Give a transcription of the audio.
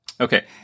Okay